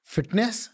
Fitness